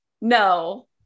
No